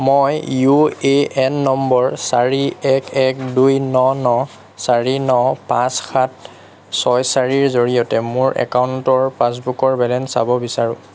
মই U A N নম্বৰ চাৰি এক এক দুই ন ন চাৰি ন পাঁচ সাত ছয় চাৰিৰ জৰিয়তে মোৰ একাউণ্টৰ পাছবুকৰ বেলেঞ্চ চাব বিচাৰোঁ